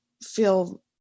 feel